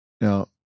Now